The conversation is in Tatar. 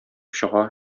чыга